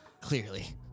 clearly